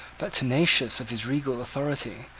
but tenacious of his regal authority,